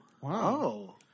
Wow